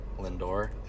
Lindor